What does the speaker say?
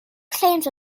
claims